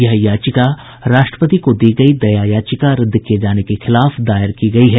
यह याचिका राष्ट्रपति को दी गई दया याचिका रद्द किए जाने के खिलाफ दायर की गई है